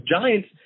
Giants